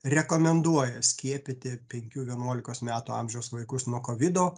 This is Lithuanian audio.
rekomenduoja skiepyti penkių vienuolikos metų amžiaus vaikus nuo kovido